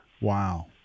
Wow